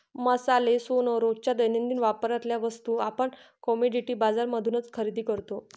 मसाले, सोन, रोजच्या दैनंदिन वापरातल्या वस्तू आपण कमोडिटी बाजार मधूनच खरेदी करतो